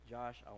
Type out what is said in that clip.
Josh